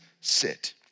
sit